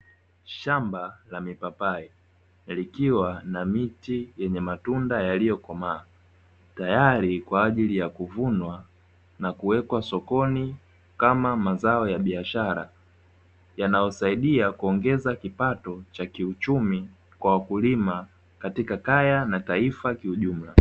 Shamba la mipapai, likiwa na miti yenye matunda yaliyokomaa tayari kwaajili ya kuvunwa na kuwekwa sokoni kama mazao ya biashara yanayosaidia kuongeza kipato cha kiuchumi kwa wakulima katika kaya, na taifa kiujumla.